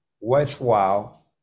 worthwhile